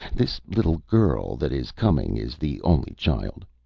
this little girl that is coming is the only child.